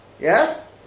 yes